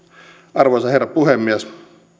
arvoisa herra puhemies